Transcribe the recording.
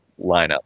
lineup